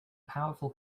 powerful